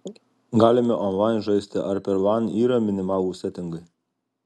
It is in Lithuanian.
galime onlain žaisti ar per lan yra minimalūs setingai